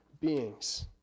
beings